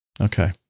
Okay